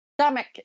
stomach